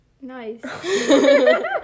nice